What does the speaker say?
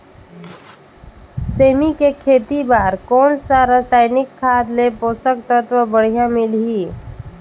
सेमी के खेती बार कोन सा रसायनिक खाद ले पोषक तत्व बढ़िया मिलही?